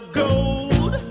gold